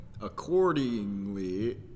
Accordingly